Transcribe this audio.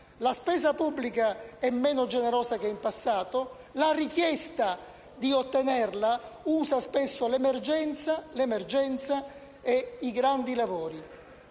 La spesa pubblica è meno generosa che in passato e la richiesta di ottenerla usa spesso l'emergenza e i grandi lavori.